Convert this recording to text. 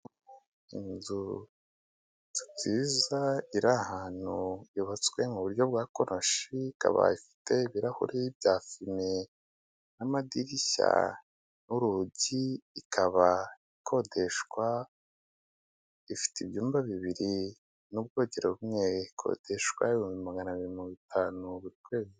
Inzu nziza iri ahantu yubatswe mu buryo bwa konoshi ikaba ifite ibirahure bya fime n'amadirishya n'urugi, ikaba ikodeshwa ifite ibyumba bibiri n'ubwogero ikodeshwa ibihumbi maganabiri mirongo itanu buri kwezi.